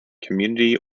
community